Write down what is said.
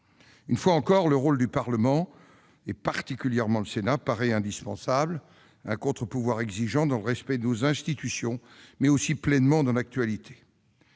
Une fois encore, le rôle du Parlement, particulièrement du Sénat, paraît indispensable, celui d'un contre-pouvoir exigeant, dans le respect de nos institutions mais aussi pleinement dans l'actualité.